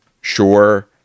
sure